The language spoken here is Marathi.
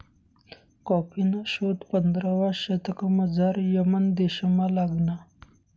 कॉफीना शोध पंधरावा शतकमझाऱ यमन देशमा लागना